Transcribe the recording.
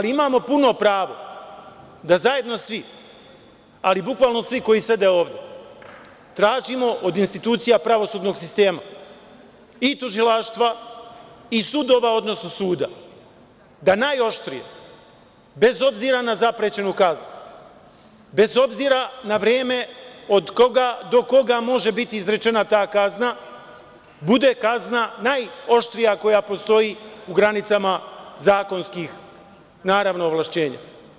Imamo puno pravo da zajedno svi, ali bukvalno svi koji sede ovde, tražimo od institucija pravosudnog sistema i tužilaštva i sudova, odnosno suda da najoštrije, bez obzira na zaprećenu kaznu, bez obzira na vreme do koga može biti izrečena ta kazna, bude kazna najoštrija koja postoji u granicama zakonskih, naravno, ovlašćenja.